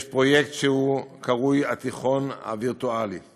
יש פרויקט שקרוי "התיכון הווירטואלי";